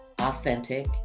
authentic